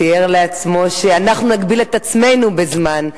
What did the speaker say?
תיאר לעצמו שאנחנו נגביל את עצמנו בזמן.